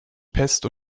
pest